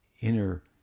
inner